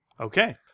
Okay